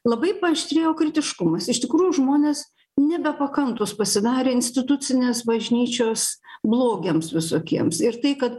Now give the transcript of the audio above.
labai paaštrėjo kritiškumas iš tikrųjų žmonės nebepakantūs pasidarė institucinės bažnyčios blogiams visokiems ir tai kad